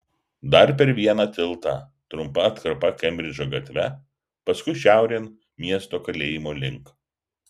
dar per vieną tiltą trumpa atkarpa kembridžo gatve paskui šiaurėn miesto kalėjimo link